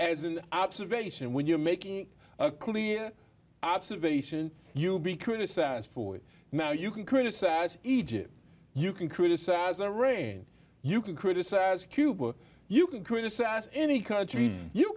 as an observation when you're making a clear observation you will be criticized for it now you can criticize egypt you can criticize the rain you can criticize cuba you can criticize any country you